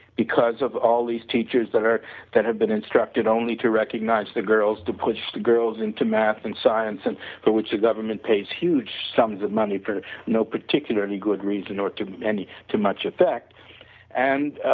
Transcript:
because of all these teachers that are that have been instructed only to recognize the girls, to push the girls into math and science and for which the government pays huge sums of money for no particularly good reason or to any too much affect and,